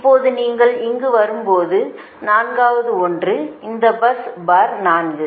இப்போது நீங்கள் இங்கு வரும்போது நான்காவது ஒன்று இந்த பஸ் பாா் 4